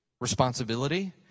responsibility